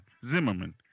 Zimmerman